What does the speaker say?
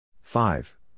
five